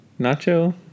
Nacho